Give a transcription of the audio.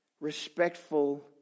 respectful